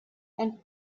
and